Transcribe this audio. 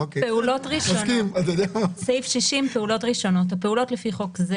"פעולות ראשונות 60. הפעולות לפי חוק זה